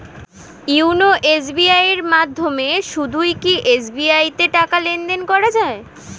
YONO SBI এর মাধ্যমে শুধুই কি এস.বি.আই তে টাকা লেনদেন করা যায়?